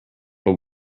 but